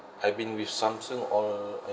I've been with samsung all